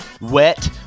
wet